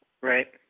Right